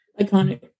Iconic